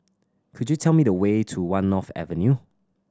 could you tell me the way to One North Avenue